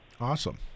Awesome